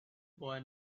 boy